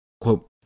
Quote